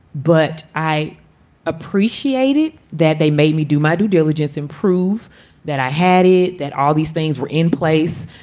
but i appreciated that they made me do my due diligence, improve that i had it, that all these things were in place.